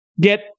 get